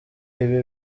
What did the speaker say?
ibi